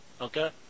Okay